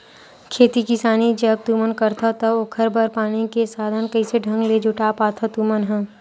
खेती किसानी जब तुमन करथव त ओखर बर पानी के साधन कइसे ढंग ले जुटा पाथो तुमन ह?